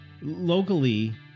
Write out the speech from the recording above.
locally